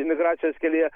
migracijos kelyje